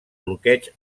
bloqueig